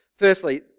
Firstly